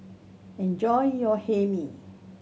enjoy your Hae Mee